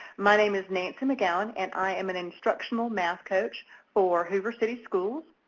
my name is nancy mcgowan and i am an instructional math coach for hoover city schools.